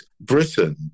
Britain